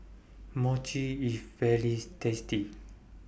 Mochi IS very tasty